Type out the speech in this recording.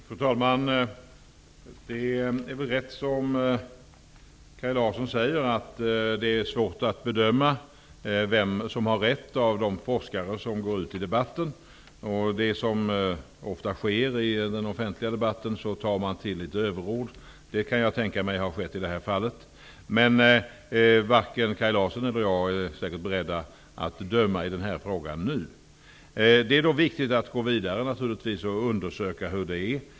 Fru talman! Det är rätt som Kaj Larsson säger, att det är svårt att bedöma vem som har rätt av de forskare som går ut i debatten. Som ofta i den offentliga debatten tar man till överord, och det kan jag tänka mig har skett i det här fallet. Men varken Kaj Larsson eller jag är beredd att döma i den här frågan nu. Det är naturligtvis viktigt att gå vidare och undersöka hur det är.